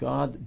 God